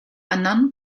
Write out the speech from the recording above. annan